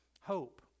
hope